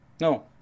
No